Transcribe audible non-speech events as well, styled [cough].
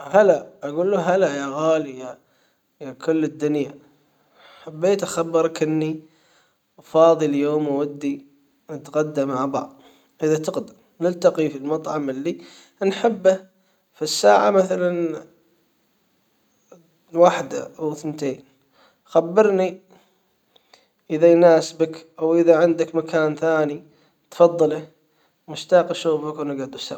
هلا أجول له هلا يا غالي يا يا كل الدنيا حبيت اخبرك اني فاضي اليوم وودي نتغدى مع بعض اذا ت ندرلتقي في المطعم اللي نحبه في الساعة مثلًا [hesitation] الواحدة أو ثنتين خبرني اذا يناسبك او اذا عندك مكان ثاني تفضله مشتاق أشوفك ونقعدو سوا.